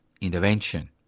intervention